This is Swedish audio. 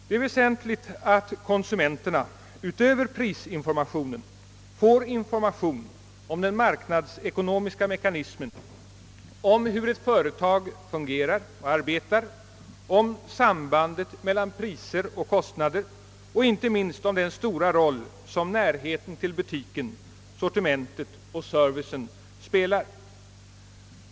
Det är väsentligt att konsumenterna utöver prisinformationen får information om den marknadsekonomiska mekanismen, om hur ett företag fungerar och arbetar, om sambandet mellan priser och kostnader och inte minst om den stora roll som närheten till butiken, sortimentet och servicen spelar.